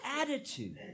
attitude